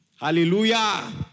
hallelujah